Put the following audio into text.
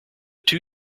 two